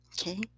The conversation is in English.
Okay